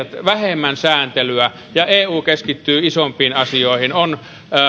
vähemmän sääntelyä ja eu keskittyy isompiin asioihin on